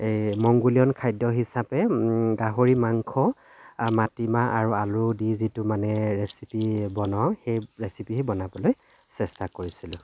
এই মংগোলীয়ন খাদ্য হিচাপে গাহৰি মাংস মাটিমাহ আৰু আলু দি যিটো মানে ৰেচিপি বনাওঁ সেই ৰেচিপি বনাবলৈ চেষ্টা কৰিছিলোঁ